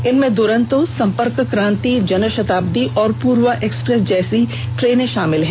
इनमें दूरंतो संपर्कक्रांति जनषताब्दी और पूर्वा एक्सप्रेस जैसी ट्रेनें भी शामिल हैं